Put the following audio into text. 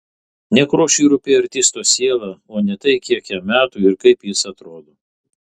nekrošiui rūpėjo artisto siela o ne tai kiek jam metų ir kaip jis atrodo